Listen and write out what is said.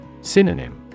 Synonym